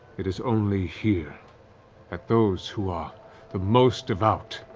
it is only here that those who are the most devout